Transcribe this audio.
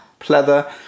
pleather